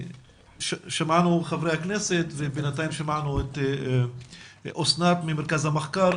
שמענו את חברי הכנסת ואת אסנת ממרכז המחקר,